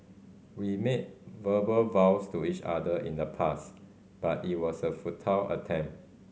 we made verbal vows to each other in the past but it was a futile attempt